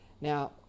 Now